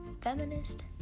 feminist